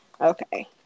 okay